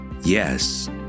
yes